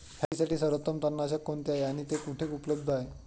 मिरचीसाठी सर्वोत्तम तणनाशक कोणते आहे आणि ते कुठे उपलब्ध आहे?